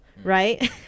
Right